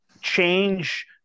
change